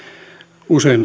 usein